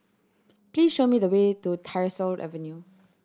please show me the way to Tyersall Avenue